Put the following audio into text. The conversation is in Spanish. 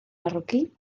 marroquí